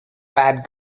bad